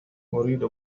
أريد